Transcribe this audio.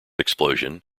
explosion